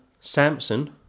Samson